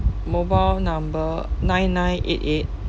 mobile number nine nine eight eight